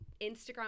instagram